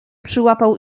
przyłapał